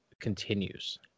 continues